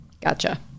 Gotcha